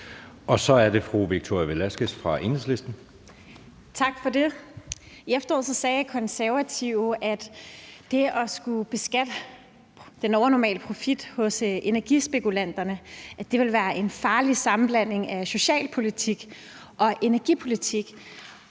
Kl. 16:40 Victoria Velasquez (EL): Tak for det. I efteråret sagde Konservative, at det at skulle beskatte den overnormale profit hos energispekulanterne ville være en farlig sammenblanding af socialpolitik og energipolitik,